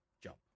jump